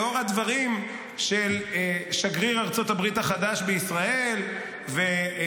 לאור הדברים של שגריר ארצות הברית החדש בישראל ושר